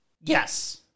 Yes